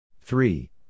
three